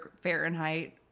Fahrenheit